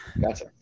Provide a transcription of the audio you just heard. Gotcha